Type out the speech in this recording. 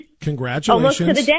Congratulations